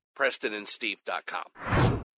PrestonandSteve.com